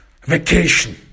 vacation